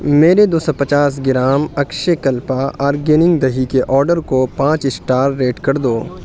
میرے دو سو پچاس گرام اکشے کلپا آرگیننگ دہی کے آرڈر کو پانچ اسٹار ریٹ کر دو